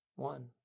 One